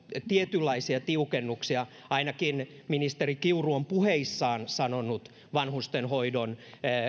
tietynlaisia tiukennuksia ainakin ministeri kiuru on puheissaan sanonut vanhustenhoidon